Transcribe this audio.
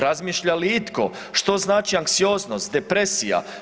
Razmišlja li itko, što znači anksioznost, depresija?